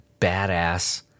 badass